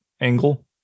angle